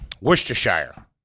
Worcestershire